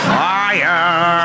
fire